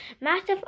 massive